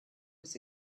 was